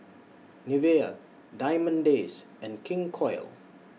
Nivea Diamond Days and King Koil